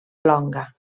longa